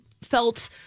felt